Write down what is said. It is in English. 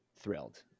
thrilled